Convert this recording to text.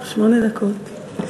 שמונה דקות.